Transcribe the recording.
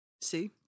See